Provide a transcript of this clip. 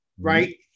right